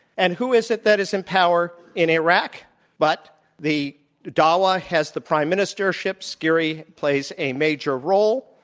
and who is it that is in power in iraq but the dawa has the prime ministership, sciri plays a major role.